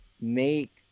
make